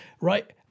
right